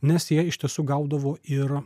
nes jie iš tiesų gaudavo ir